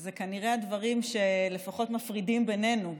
שזה כנראה הדברים שלפחות מפרידים בינינו,